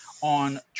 on